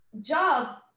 job